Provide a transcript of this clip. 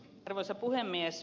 arvoisa puhemies